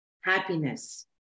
happiness